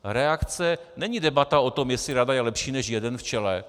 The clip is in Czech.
Reakce není debata o tom, jestli rada je lepší než jeden v čele.